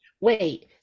wait